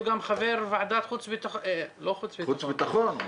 הוא גם חבר ועדת חוץ וביטחון --- חוץ וביטחון?